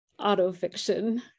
autofiction